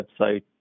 website